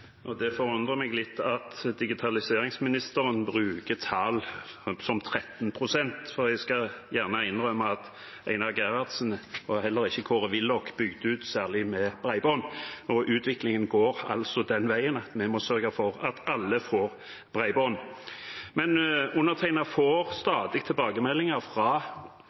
Det forundrer meg litt at digitaliseringsministeren bruker tall som 13 pst. Jeg skal gjerne innrømme at ikke Einar Gerhardsen – og heller ikke Kåre Willoch – bygde ut særlig med bredbånd, og utviklingen går altså den veien at vi må sørge for at alle får bredbånd. Men undertegnede får stadig tilbakemeldinger fra